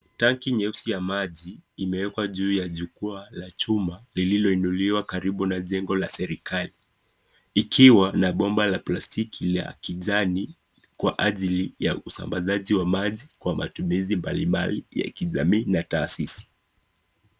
Tanki nyeusi ya maji imewekwa juu ya jukwaa la chuma lililoinuliwa karibu na jengo la serikali ikiwa na Bomba la plastiki ya kijani kwa ajili ya usambazaji wa maji